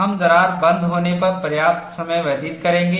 हम दरार बंद होने पर पर्याप्त समय व्यतीत करेंगे